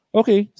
okay